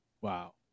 Wow